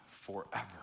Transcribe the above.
forever